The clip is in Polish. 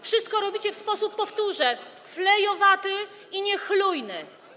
Wszystko robicie w sposób, powtórzę, flejowaty i niechlujny.